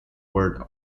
word